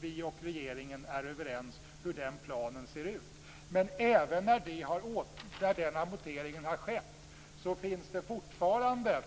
Vi och regeringen är överens om hur den planen ser ut. Men även när den amorteringen har skett finns det enligt denna prognos fortfarande